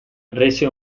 rese